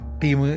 team